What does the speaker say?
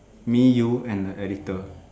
me you and the editor